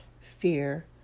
fear